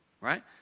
Right